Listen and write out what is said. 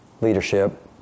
leadership